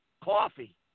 coffee